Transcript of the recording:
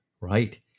right